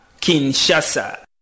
kinshasa